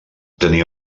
tenia